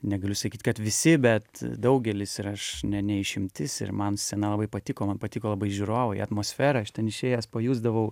negaliu sakyt kad visi bet daugelis ir aš ne ne išimtis ir man scena labai patiko man patiko labai žiūrovai atmosfera aš ten išėjęs pajusdavau